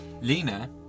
Lena